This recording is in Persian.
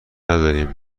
ندارم